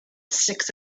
six